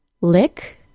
Lick